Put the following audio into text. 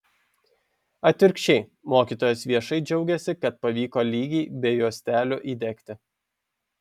atvirkščiai mokytojos viešai džiaugiasi kad pavyko lygiai be juostelių įdegti